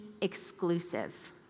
exclusive